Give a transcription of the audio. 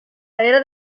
era